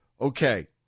okay